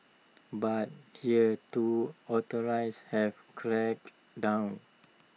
but here too authorize have cracked down